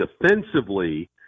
defensively